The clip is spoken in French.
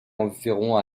environ